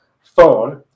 phone